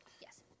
Yes